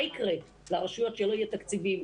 מה יקרה לרשויות שלא יהיו להן תקציבים,